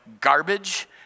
garbage